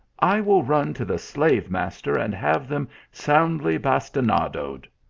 i will run to the slave master and have them soundly basti nadoed.